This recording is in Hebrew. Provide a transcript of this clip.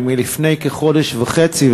היא מלפני כחודש וחצי,